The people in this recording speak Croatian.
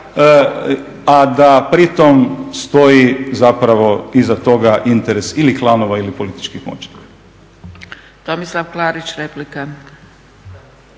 a da pri tom stoji zapravo iza toga interes ili klanova ili političkih moćnika. **Zgrebec, Dragica